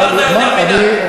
בסדר, דיברת יותר מדי.